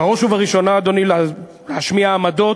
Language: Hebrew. בראש ובראשונה, אדוני, להשמיע עמדות.